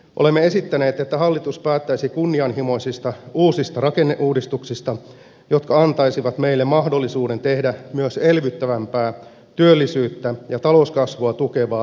olemme esittäneet että hallitus päättäisi kunnianhimoisista uusista rakenneuudistuksista jotka antaisivat meille mahdollisuuden tehdä myös elvyttävämpää työllisyyttä ja talouskasvua tukevaa suhdannepolitiikkaa